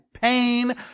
pain